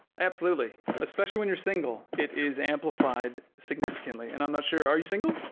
absolutely, especially when you're single. it is amplifi ed signifi cantly. and i'm not sure. are you single?